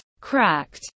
cracked